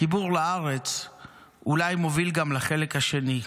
החיבור לארץ אולי מוביל גם לחלק השני,